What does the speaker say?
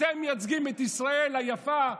אתם מייצגים את ישראל היפה,